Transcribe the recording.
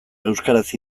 euskaraz